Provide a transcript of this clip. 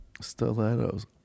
Stilettos